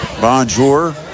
bonjour